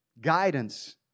guidance